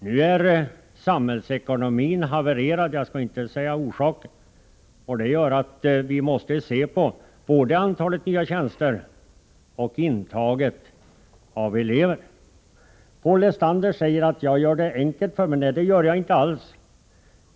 Nu är samhällsekonomin havererad —- jag skall inte ange orsaken — och det gör att vi måste se på både antalet nya tjänster och intagningen av elever. Paul Lestander säger att jag gör det enkelt för mig. Nej, det gör jag inte alls.